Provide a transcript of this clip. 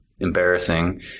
embarrassing